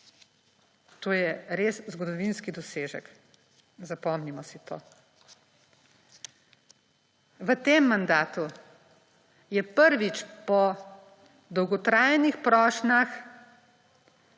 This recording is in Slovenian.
To je res zgodovinski dosežek, zapomnimo si to! V tem mandatu je prvič po dolgotrajnih prošnjah